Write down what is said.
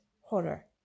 horror